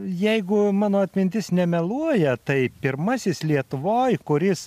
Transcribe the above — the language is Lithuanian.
jeigu mano atmintis nemeluoja tai pirmasis lietuvoj kuris